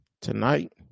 tonight